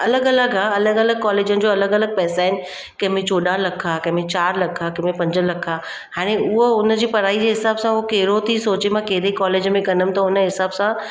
अलॻि अलॻि आहे अलॻि अलॻि कॉलेजनि जो अलॻि अलॻि पैसा आहिनि कंहिंमें चोॾहं लख आहे कंहिंमें चारि लख आहे कंहिंमें पंज लख आहे हाणे उहा उन जी पढ़ाई जे हिसाब सां उहो कहिड़ो थी सोचे मां कहिड़े कॉलेज में कंदमि त हुन हिसाब सां